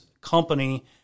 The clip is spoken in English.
company